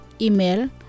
Email